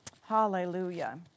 Hallelujah